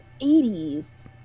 80s